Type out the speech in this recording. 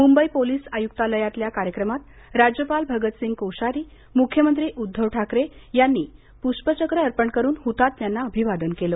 Mumbai police आयुक्तालयातल्या कार्यक्रमात राज्यपाल भगतसिंह कोश्यारी मुख्यमंत्री उद्दव ठाकरे यांनी पुष्पचक्र अर्पण करून हुतात्म्यांना अभिवादन केलं